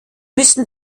müssen